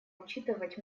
учитывать